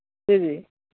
जी जी